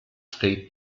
state